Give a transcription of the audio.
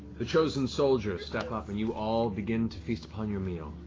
the chosen soldiers step up and you all begin to feast upon your meal.